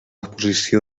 posició